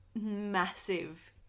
Massive